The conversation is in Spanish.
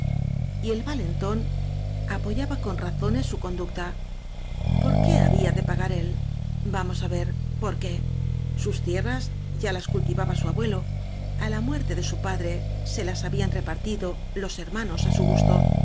ama y el valentón apoyaba con razones su con ducta por qué había de pagar él vamos á ver por qué sus tierras ya las cultivaba su abuelo á la muerte de su padre se las habían repartido los hermanos á su gusto